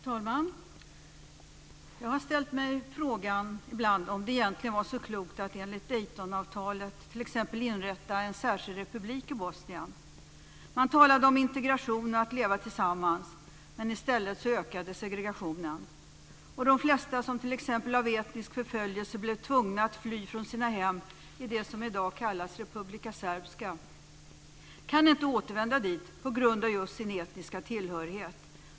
Fru talman! Jag har ibland ställt mig frågan om det egentligen var så klokt att enligt Daytonavtalet inrätta en särskild republik i Bosnien. Man talade om integration och att leva tillsammans. Men i stället ökade segregationen. De flesta som på grund av etnisk förföljelse blev tvungna att fly från sina hem i det som i dag kallas Republica Serbska kan inte återvända dit på grund av just sin etniska tillhörighet.